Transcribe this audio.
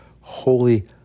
holy